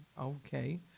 okay